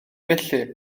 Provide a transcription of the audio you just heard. felly